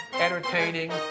entertaining